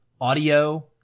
audio